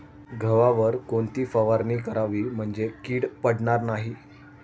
गव्हावर कोणती फवारणी करावी म्हणजे कीड पडणार नाही?